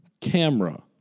camera